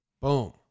Boom